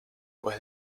pues